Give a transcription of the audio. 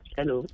Hello